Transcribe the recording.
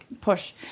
Push